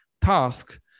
task